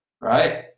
right